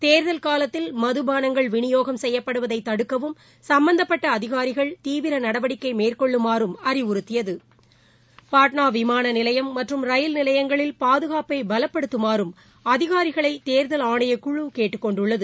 தேர்தல் காலத்தில் மதுபாளங்கள் விநியோகம் செய்யப்படுவதை தடுக்கவும் சும்பந்தப்பட்ட அதிகாரிகள் தீவிர நடவடிக்கை மேற்கொள்ளுமாறு அறிவுறுத்தியது பாட்னா விமான நிலையம் மற்றும் ரயில் நிலையங்களில் பாதுகாப்பை பலப்படுத்தமாறும் அதிகாரிகளை தேர்தல் ஆணையக்குழு கேட்டுக் கொண்டுள்ளது